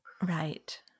Right